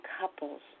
couples